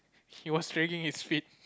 he was dragging his feet